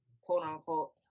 quote-unquote